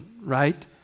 Right